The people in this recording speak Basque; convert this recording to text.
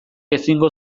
ezingo